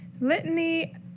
Litany